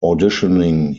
auditioning